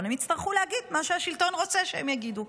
הם יצטרכו להגיד מה שהשלטון רוצה שהם יגידו.